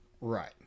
Right